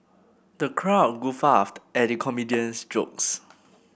the crowd guffawed at the comedian's jokes